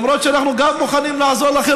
למרות שאנחנו גם מוכנים לעזור לכם